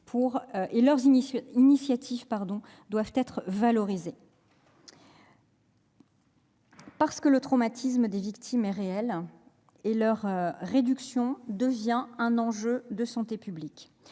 et leurs initiatives doivent être valorisées. Le traumatisme des victimes est réel et sa réduction devient un enjeu de santé publique.